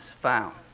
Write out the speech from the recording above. found